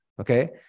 okay